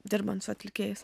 dirbant su atlikėjais